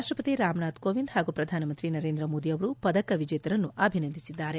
ರಾಷ್ಟ ಪತಿ ರಾಮನಾಥ್ ಕೋವಿಂದ್ ಹಾಗೂ ಪ್ರಧಾನಮಂತ್ರಿ ನರೇಂದ್ರ ಮೋದಿ ಅವರು ಪದಕ ವಿಜೇತರನ್ನು ಅಭಿನಂದಿಸಿದ್ದಾರೆ